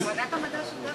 ועדת המדע.